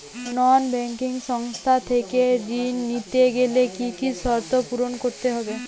নন banking সংস্থা থেকে ঋণ নিতে গেলে কি কি শর্ত পূরণ করতে হয়?